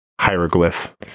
hieroglyph